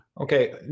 Okay